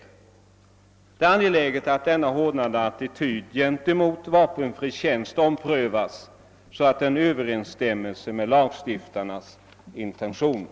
Det är angeläget att den hårdnande attityden gentemot vapenfri tjänst omprövas, så att inställningen kommer att Ööverensstämma med lagstiftarnas intentioner.